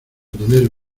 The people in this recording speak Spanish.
tener